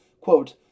Quote